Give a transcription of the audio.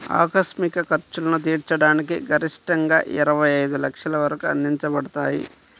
ఆకస్మిక ఖర్చులను తీర్చడానికి గరిష్టంగాఇరవై ఐదు లక్షల వరకు అందించబడతాయి